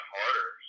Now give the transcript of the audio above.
harder